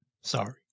Sorry